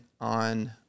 on